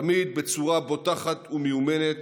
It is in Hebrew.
תמיד בצורה בוטחת ומיומנת,